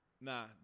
Nah